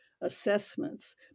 assessments